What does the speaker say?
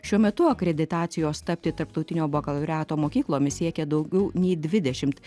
šiuo metu akreditacijos tapti tarptautinio bakalaureato mokyklomis siekia daugiau nei dvidešimt